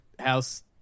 House